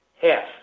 half